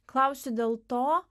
klausiu dėl to